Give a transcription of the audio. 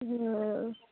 हँ